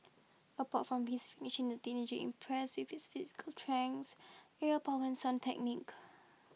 apart from his finishing the teenager impressed with physical aerial power and sound technique